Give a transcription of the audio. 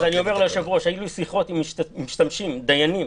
היו לי שיחות עם משתמשים, עם דיינים.